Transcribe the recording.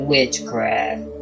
Witchcraft